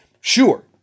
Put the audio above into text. Sure